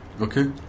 Okay